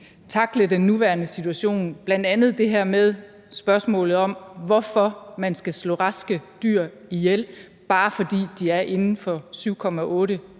tackle den nuværende situation, bl.a. det her med spørgsmålet om, hvorfor man skal slå raske dyr ihjel, bare fordi de er inden for